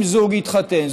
אם זוג התחתן,